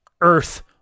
Earth